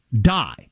die